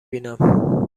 بینم